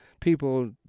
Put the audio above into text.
People